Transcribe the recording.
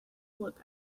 look